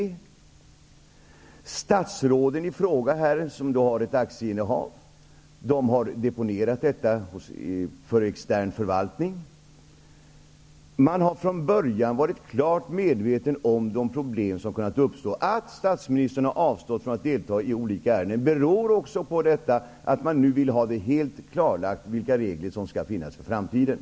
De statsråd som har ett aktieinnehav har deponerat detta för extern förvaltning. Man har från början varit klart medveten om de problem som kunnat uppstå. Att statsministern har avstått från att delta i olika ärenden beror på att man nu vill ha helt klarlagt vilka regler som skall finnas för framtiden.